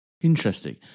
Interesting